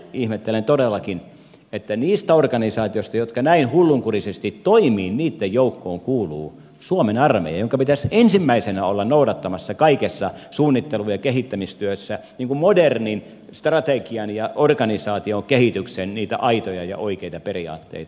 ihmettelen todellakin että niitten organisaatioiden jotka näin hullunkurisesti toimivat niitten joukkoon kuuluu suomen armeija jonka pitäisi ensimmäisenä olla noudattamassa kaikessa suunnittelu ja kehittämistyössä modernin strategian ja organisaation kehityksen aitoja ja oikeita periaatteita